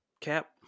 cap